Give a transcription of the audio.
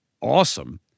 awesome